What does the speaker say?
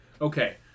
Okay